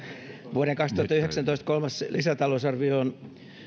vuoden kaksituhattayhdeksäntoista kolmas lisätalousarvio on